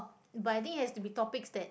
but I think it has to be topics that